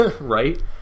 Right